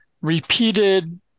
repeated